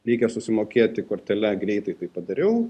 reikia susimokėti kortele greitai tai padariau